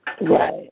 Right